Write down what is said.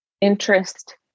interest